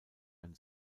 ein